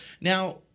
Now